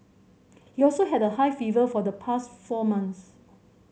he also had a high fever for the past four months